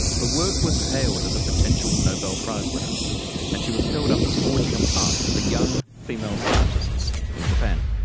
her work was hailed as a potential nobel-prize winner and she was held up as forging a path for young female scientists in japan.